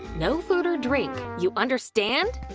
no food or drink, you understand!